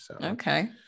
Okay